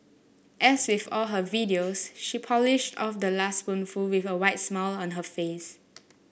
as with all her videos she polished off the last spoonful with a wide smile on her face